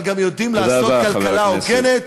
אבל גם יודעים לעשות כלכלה הוגנת,